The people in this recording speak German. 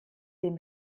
dem